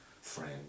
friend